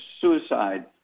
suicide